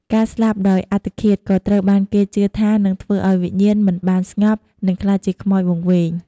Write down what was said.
ការស្លាប់ដោយអត្តឃាតក៏ត្រូវបានគេជឿថានឹងធ្វើឲ្យវិញ្ញាណមិនបានស្ងប់ និងក្លាយជាខ្មោចវង្វេង។